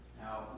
Now